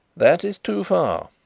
that is too far.